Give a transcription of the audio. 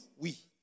Oui